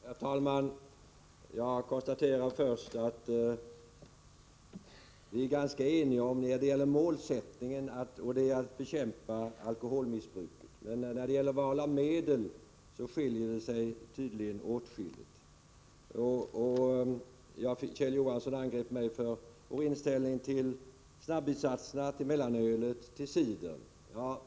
Herr talman! Jag konstaterar först att vi är ganska eniga när det gäller målet: att bekämpa alkoholmissbruket. Men när det gäller valet av medel skiljer vi oss tydligen åt. Kjell Johansson angrep mig för vår inställning till snabbvinssatserna, mellanölet och cidern.